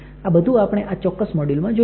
આ બધું આપણે આ ચોક્કસ મોડ્યુલમાં જોઈશું